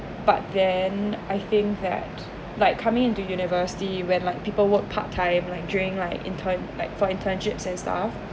but then I think that like coming into university when like people work part time like during like intern like for internships and stuff